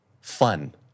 fun